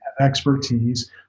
expertise